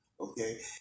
okay